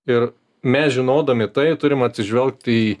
ir mes žinodami tai turim atsižvelgti į